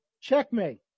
checkmate